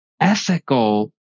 ethical